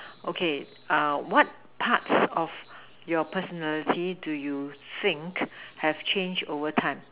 okay ah what parts of your personality do you think have changed overtime